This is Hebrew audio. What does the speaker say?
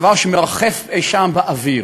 דבר שמרחף אי-שם באוויר.